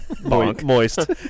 Moist